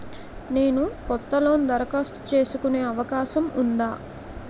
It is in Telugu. నేను కొత్త లోన్ దరఖాస్తు చేసుకునే అవకాశం ఉందా?